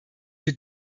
für